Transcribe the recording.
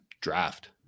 draft